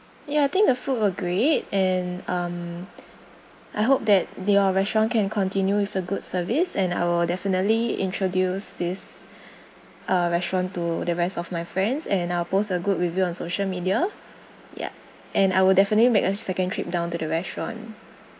ya I think the food were great and um I hope that your restaurant can continue with a good service and I will definitely introduce this uh restaurant to the rest of my friends and I'll pose a good review on social media ya and I will definitely make a second trip down to the restaurant